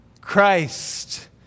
Christ